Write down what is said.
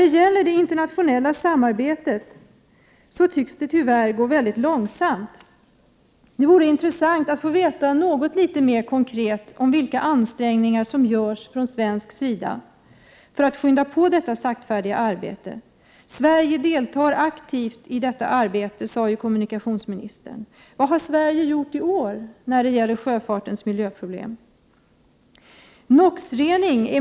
Det internationella samarbetet tycks tyvärr gå väldigt långsamt. Det vore intressant att få veta något litet mera konkret om vilka ansträngningar som görs från svensk sida för att skynda på detta saktfärdiga arbete. Sverige deltar aktivt i detta arbete, sade kommunikationsministern. Ja, men vad har Sverige gjort i år när det gäller sjöfartens miljöproblem?